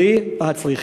עלי והצליחי.